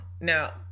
now